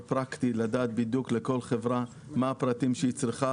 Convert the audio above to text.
פרקטי כדי לדעת בדיוק מה הפרטים שכל חברה צריכה.